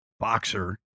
boxer